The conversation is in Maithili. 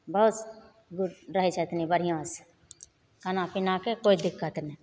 बहुत रहय छथिन बढ़िआँसँ खाना पीनाके कोइ दिक्कत नहि